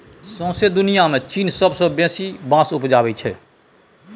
सौंसे दुनियाँ मे चीन सबसँ बेसी बाँस उपजाबै छै